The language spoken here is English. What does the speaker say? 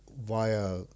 via